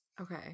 Okay